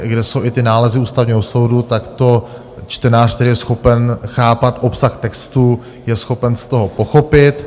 Kde jsou i ty nálezy Ústavního soudu, tak to čtenář, který je schopen chápat obsah textu, je schopen z toho pochopit.